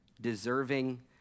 deserving